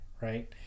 right